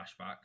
flashbacks